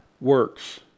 works